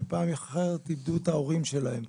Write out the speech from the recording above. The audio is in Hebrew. ופעם אחרת הם איבדו את ההורים שלהם.